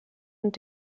und